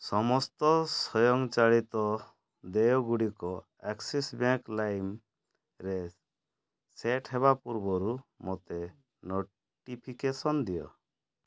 ସମସ୍ତ ସ୍ୱଂୟଚାଳିତ ଦେୟଗୁଡ଼ିକ ଆକ୍ସିସ୍ ବ୍ୟାଙ୍କ୍ ଲାଇମ୍ରେ ସେଟ୍ ହେବା ପୂର୍ବରୁ ମୋତେ ନୋଟିଫିକେସନ୍ ଦିଅ